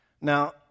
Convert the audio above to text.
Now